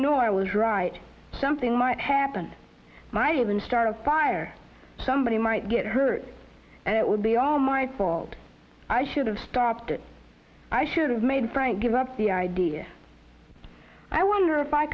know i was right something might happen ryan start a fire somebody might get hurt and it would be all my fault i should have stopped it i should have made frank give up the idea i wonder if i